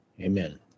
amen